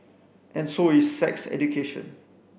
and so is sex education